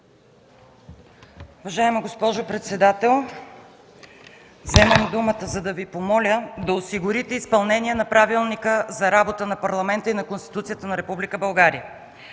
Уважаема госпожо председател, вземам думата, за да Ви помоля да осигурите изпълнение на правилника на Парламента и на Конституцията на